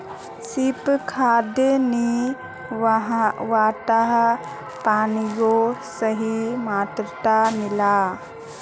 सिर्फ खाद नी वहात पानियों सही मात्रात मिला